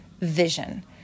vision